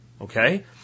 Okay